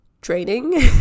training